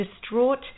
distraught